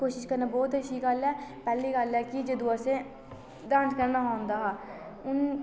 कोशिश करना बोह्त अच्छी गल्ल ऐ पैह्ली गल्ल ऐ कि जदूं असें डांस करना औंदा हा हून